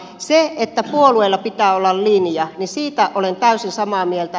siitä että puolueilla pitää olla linja olen täysin samaa mieltä